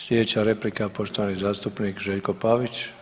Sljedeća replika, poštovani zastupnik Željko Pavić.